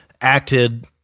acted